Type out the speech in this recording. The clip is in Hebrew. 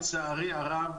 לצערי הרב,